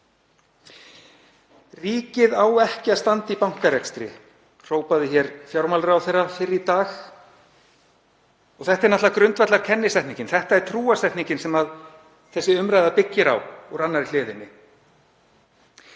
Ríkið á ekki að standa í bankarekstri, hrópaði fjármálaráðherra hér fyrr í dag. Þetta er náttúrlega grundvallarkennisetningin, þetta er trúarsetningin sem þessi umræða byggir á frá annarri hliðinni.